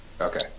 Okay